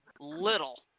Little